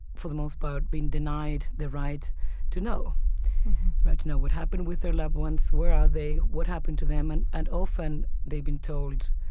for the most part, been denied the right to know, the right to know what happened with their loved ones, where are they, what happened to them. and and often they've been told,